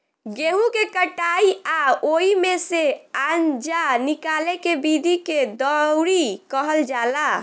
गेहूँ के कटाई आ ओइमे से आनजा निकाले के विधि के दउरी कहल जाला